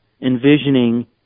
envisioning